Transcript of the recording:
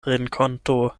renkonto